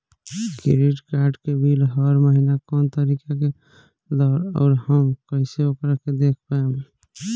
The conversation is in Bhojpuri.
क्रेडिट कार्ड के बिल हर महीना कौना तारीक के आवेला और आउर हम कइसे ओकरा के देख पाएम?